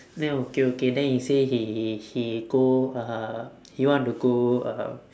then okay okay then he say he he go uh he want to go uh